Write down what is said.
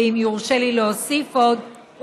ואם יורשה לי להוסיף עוד,